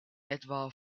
etwa